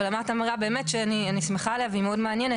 אבל אמרת את המילה באמת שאני שמחה עליה והיא מאוד מעניינת.